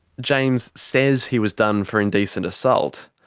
james says he was done for indecent assault.